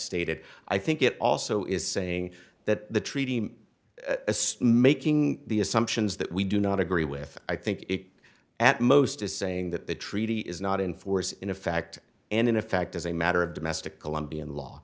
stated i think it also is saying that the treaty making the assumptions that we do not agree with i think it at most is saying that the treaty is not in force in a fact and in a fact as a matter of domestic colombian law